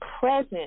present